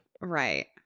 Right